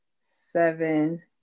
seven